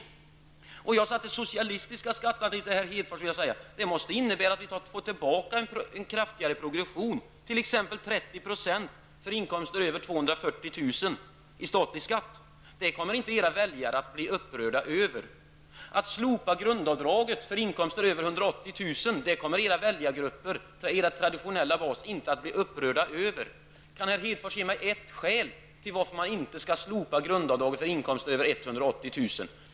Jag vill säga till herr Hedfors att det socialistiska skattealternativet måste innebära att vi får tillbaka en kraftigare progression, t.ex. 30 % i statlig skatt på inkomster över 240 000 kr. Det kommer inte era väljare att bli upprörda över. Att slopa grundavdraget för inkomster över 180 000 kr. kommer era traditionella väljargrupper inte att bli upprörda över. Kan herr Hedfors ge mig ett skäl till varför man inte skall slopa grundavdraget på inkomster över 180 000 kr.